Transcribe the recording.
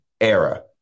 era